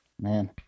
man